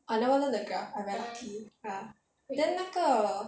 I never learn that graph I every lucky ya then 那个